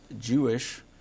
Jewish